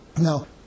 Now